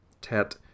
Tet